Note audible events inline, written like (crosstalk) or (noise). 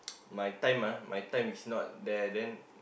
(noise) my time ah my time is not there then